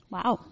Wow